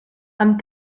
amb